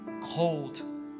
cold